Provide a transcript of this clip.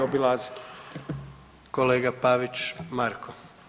Kolega Pavić Marko.